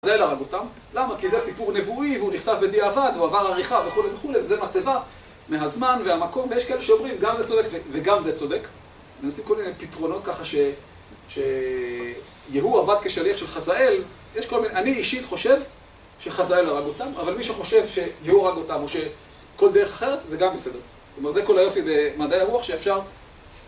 חזאל הרג אותם. למה? כי זה סיפור נבואי, והוא נכתב בדיעבד, הוא עבר עריכה וכולי וכול זה מצבה מהזמן והמקום, ויש כאלה שאומרים, גם זה צודק וגם זה צודק. מנסים כל מיני פתרונות ככה ש... יהוא עבד כשליח של חזאל, יש כל מיני... אני אישית חושב שחזאל הרג אותם, אבל מי שחושב שיהוא הרג אותם, או שכל דרך אחרת, זה גם בסדר. כלומר, זה כל היופי במדעי הרוח שאפשר...